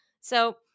So-